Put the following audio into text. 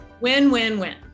win-win-win